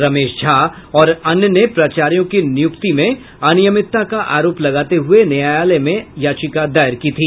रमेश झा और अन्य ने प्राचार्यों की नियुक्ति में अनियमितता का आरोप लगाते हुए न्यायालय में याचिका दायर की थी